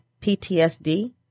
PTSD